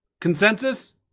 Consensus